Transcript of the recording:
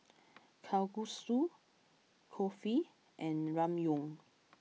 Kalguksu Kulfi and Ramyeon